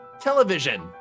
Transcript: television